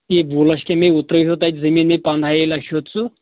ہے وُہ لَچھ تمٔۍ ہَے اوٗترَے ہیٚوت اَتہِ زٔمیٖنہِ پنٛداہَیے لَچھِ ہیوٚت سُہ